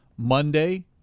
Monday